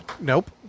Nope